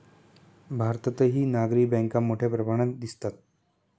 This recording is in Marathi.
भारतातही नागरी बँका मोठ्या प्रमाणात दिसतात